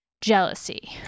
jealousy